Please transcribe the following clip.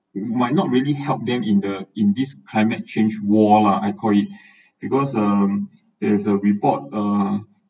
might not really helped them in the in this climate change war lah I call it because um there is a report uh